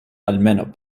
almenaŭ